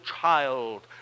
child